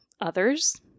others